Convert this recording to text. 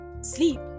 sleep